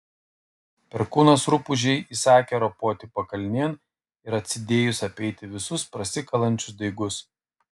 perkūnas rupūžei įsakė ropoti pakalnėn ir atsidėjus apeiti visus prasikalančius daigus